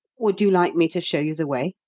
would you like me to show you the way?